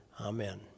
Amen